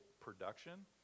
production